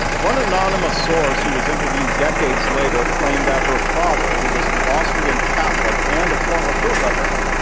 one anonymous source who was interviewed decades later claimed that her father, who was an austrian catholic and a former bootlegger,